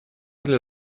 для